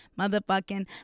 motherfucking